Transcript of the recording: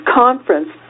conference